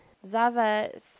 Zava